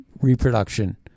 reproduction